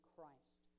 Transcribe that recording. Christ